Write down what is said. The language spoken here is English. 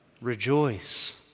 rejoice